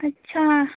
अच्छा